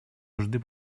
нужды